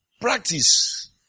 Practice